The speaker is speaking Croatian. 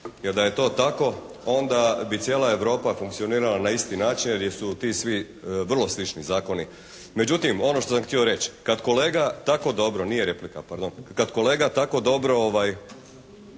Jer da je to tako onda bi cijela Europa funkcionirala na isti način jer su ti svi vrlo slični zakoni. Međutim ono što sam htio reći. Kad kolega tako dobro, nije replika pardon, kad kolega tako dobro sve